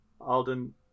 Alden